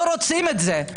לא רוצים את זה.